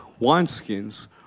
wineskins